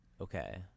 Okay